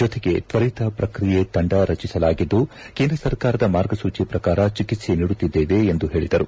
ಜತೆಗೆ ಶ್ವರಿತ ಪ್ರಕ್ರಿಯೆ ತಂಡ ರಚಿಸಲಾಗಿದ್ದು ಕೇಂದ್ರ ಸರ್ಕಾರದ ಮಾರ್ಗಸೂಚಿ ಪ್ರಕಾರ ಚಿಕಿತ್ಸೆ ನೀಡುತ್ತಿದ್ದೇವೆ ಎಂದು ಹೇಳಿದರು